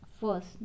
first